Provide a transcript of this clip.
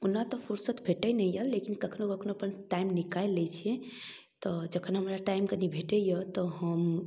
ओना तऽ फुर्सत भेटै नहि यऽ लेकिन कखनो कखनो अपन टाइम निकालि लै छी तऽ जखन हमरा टाइम कनी भेटैयऽ तऽ हम